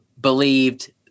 believed